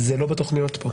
זה לא בתוכניות פה.